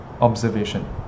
observation